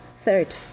third